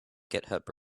github